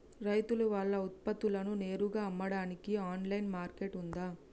రైతులు వాళ్ల ఉత్పత్తులను నేరుగా అమ్మడానికి ఆన్లైన్ మార్కెట్ ఉందా?